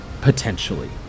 Potentially